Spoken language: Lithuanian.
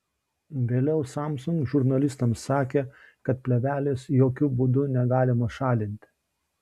vėliau samsung žurnalistams sakė kad plėvelės jokiu būdu negalima šalinti